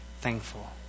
thankful